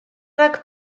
rhag